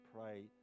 pray